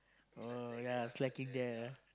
oh ya slacking there ah